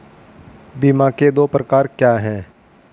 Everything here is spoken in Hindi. बीमा के दो प्रकार क्या हैं?